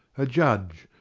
a judge,